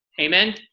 Amen